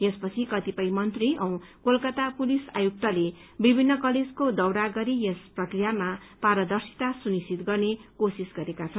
यसपछि कैयौँ मन्त्री औ कोलकता पुलिस आयुक्तले विभिन्न कलेजको दौड़ाह गरी यस प्रक्रियामा पारदर्शिता सुनिश्चित गर्ने कोशिष गर्नुभयो